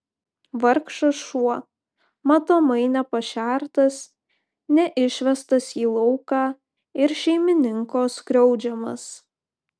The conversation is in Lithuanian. vargšas šuo matomai nepašertas neišvestas į lauką ir šeimininko skriaudžiamas